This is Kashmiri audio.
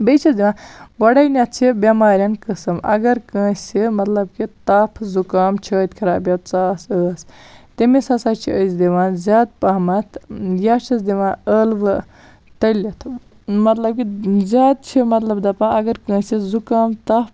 بیٚیہِ چھِس دِوان گۄڈٕنیٚتھ چھ بٮ۪مارٮ۪ن قٕسم اَگَر کٲنٛسہِ مَطلَب کہِ تَپھ زُکام چھٲت خَراب یا ژاس ٲسۍ تٔمِس ہَسا چھِ أسۍ دِوان زیادٕ پَہمَتھ یا چھِس دِوان ٲلوٕ تٔلِتھ مَطلَب کہِ زیادٕ چھِ مَطلَب دَپان اَگَر کٲنٛسہِ زُکام تپھ